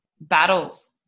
battles